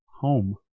home